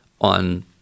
on